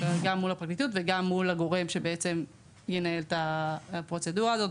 גם מול הפרקליטות וגם מול הגורם שינהל את הפרוצדורה הזאת.